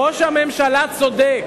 ראש הממשלה צודק,